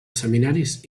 seminaris